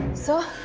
sir!